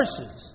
verses